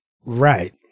Right